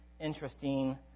interesting